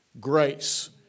grace